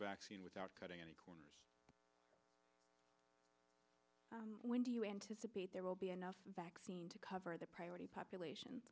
vaccine without cutting any corners when do you anticipate there will be enough vaccine to cover the priority population